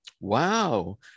Wow